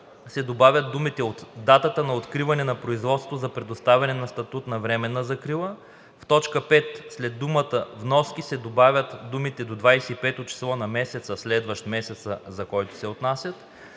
се добавят думите „от датата на откриване на производство за предоставяне на статут на временна закрила“. - В т. 5 след думата „вноски“ се добавят думите „до 25 число на месеца, следващ месеца, за който се отнасят“.